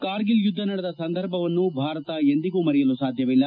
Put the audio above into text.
ಕಾರ್ಗಿಲ್ ಯುದ್ದ ನಡೆದ ಸಂದರ್ಭವನ್ನು ಭಾರತ ಎಂದಿಗೂ ಮರೆಯಲು ಸಾಧ್ಯವಿಲ್ಲ